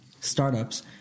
startups